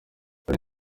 hari